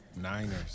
Niners